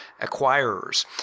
acquirers